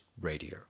Radio